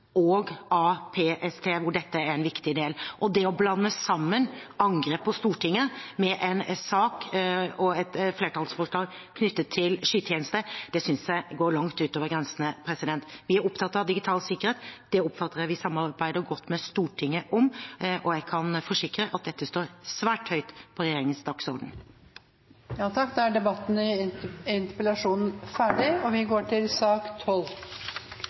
PST, hvor dette er en viktig del. Det å blande sammen angrep på Stortinget med en sak og et flertallsforslag knyttet til skytjeneste synes jeg går langt ut over grensene. Vi er opptatt av digital sikkerhet. Det oppfatter jeg at vi samarbeider godt med Stortinget om, og jeg kan forsikre at dette står svært høyt på regjeringens dagsorden. Debatten om sak nr. 11 er ferdig. Etter ønske fra finanskomiteen vil presidenten ordne debatten slik: 3 minutter til hver partigruppe og 3 minutter til